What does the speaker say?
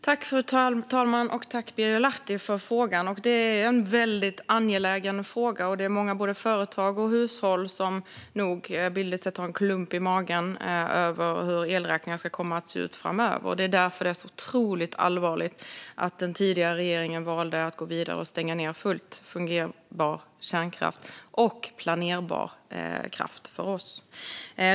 Fru talman! Jag tackar Birger Lahti för frågan. Detta är en väldigt angelägen fråga. Det är nog många både företag och hushåll som har en bildlig klump i magen över hur elräkningen kommer att se ut framöver. Det är därför det är så allvarligt att den tidigare regeringen valde att gå vidare och stänga ned fullt fungerande kärnkraft som innebar planerbar kraft för oss.